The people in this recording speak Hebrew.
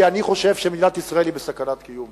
כי אני חושב שמדינת ישראל היא בסכנת קיום.